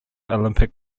olympic